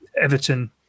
Everton